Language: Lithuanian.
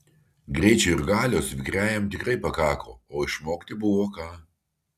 greičio ir galios vikriajam tikrai pakako o išmokti buvo ką